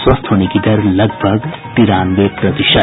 स्वस्थ होने की दर लगभग तिरानवे प्रतिशत